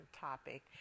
topic